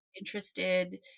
interested